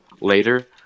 Later